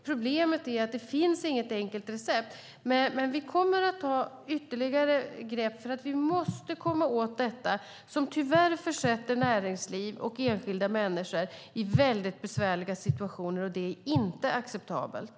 Problemet är att det inte finns något enkelt recept. Men vi kommer att ta ytterligare grepp. Vi måste komma åt detta, som tyvärr försätter näringsliv och enskilda människor i väldigt besvärliga situationer, och det är inte acceptabelt.